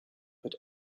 but